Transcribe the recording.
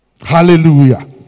Hallelujah